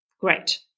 Great